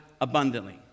abundantly